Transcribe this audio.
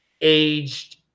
aged